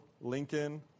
Lincoln